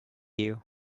you